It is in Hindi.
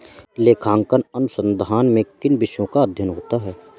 लेखांकन अनुसंधान में किन विषयों का अध्ययन होता है?